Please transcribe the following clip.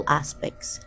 aspects